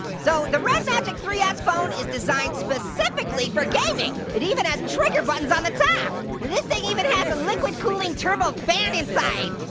so the red magic three s phone is designed specifically for gaming. it even has trigger buttons on the top. and this thing even has a liquid cooling turbo fan inside.